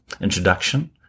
introduction